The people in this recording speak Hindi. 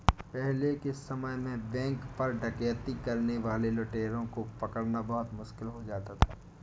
पहले के समय में बैंक पर डकैती करने वाले लुटेरों को पकड़ना बहुत मुश्किल हो जाता था